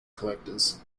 collectors